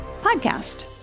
podcast